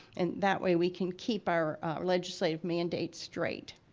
and that way we can keep our legislative mandates straight.